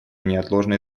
неотложной